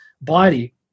body